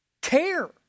care